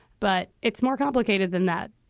but it's more complicated than that.